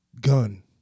gun